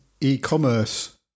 e-commerce